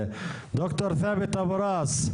ד"ר ת'אבת אבו ראס?